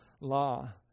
law